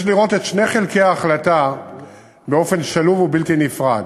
יש לראות את שני חלקי ההחלטה באופן שלוב ובלתי נפרד,